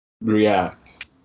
react